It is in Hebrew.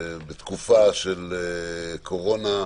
בתקופה של קורונה,